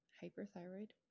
Hyperthyroid